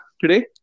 today